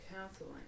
counseling